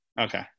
Okay